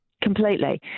Completely